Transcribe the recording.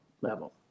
level